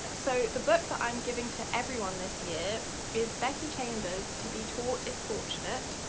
so the book that i'm giving to everyone this year is becky chambers to be taught if fortunate.